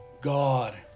God